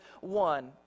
one